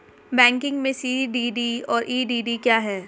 Banking में CDD और EDD क्या हैं?